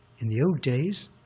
in the old days,